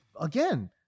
again